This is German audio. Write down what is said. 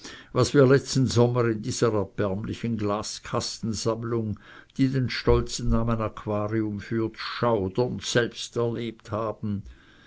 was wir letzten sommer in dieser erbärmlichen glaskastensammlung die den stolzen namen aquarium führt schaudernd selbst erlebt haben